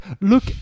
look